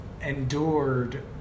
endured